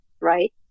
right